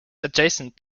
adjacent